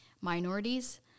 minorities